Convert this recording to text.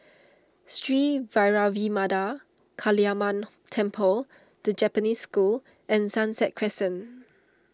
Sri Vairavimada Kaliamman Temple the Japanese School and Sunset Crescent